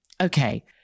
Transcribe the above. Okay